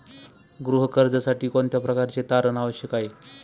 गृह कर्जासाठी कोणत्या प्रकारचे तारण आवश्यक आहे?